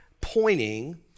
pointing